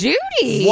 Judy